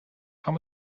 how